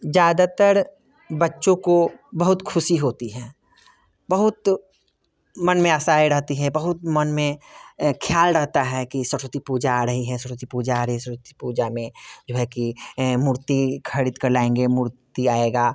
ज़्यादातर बच्चों को बहुत खुशी होती है बहुत मन में आशाएँ रहती हैं बहुत मन में ख़याल रहता है कि सरस्वती पूजा आ रही है सरस्वती पूजा आ रही है सरस्वती पूजा में जो है कि ऐं मूर्ति ख़रीद कर लाएँगे मूर्ति आएगी